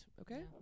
Okay